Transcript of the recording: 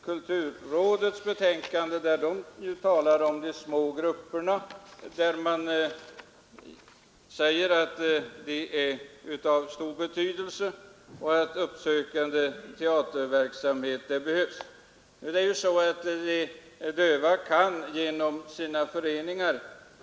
Kulturrådet talar i sitt betänkande om de små teatergrupperna och säger att de är av stor betydelse samt att uppsökande teaterverksamhet är något som behövs. De döva kan också ganska lätt nås genom sina föreningar.